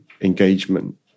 engagement